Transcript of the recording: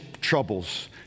troubles